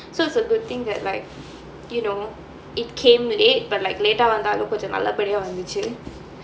so it's a good thing that like you know it came late but like வந்தாலும் கொஞ்சம் நல்லபடியா வந்துச்சு:vanthaalum konjam nallapadiyaa vanthuchu